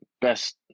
best